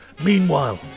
Meanwhile